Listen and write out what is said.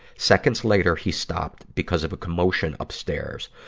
seconds later, he stopped because of a commotion upstairs.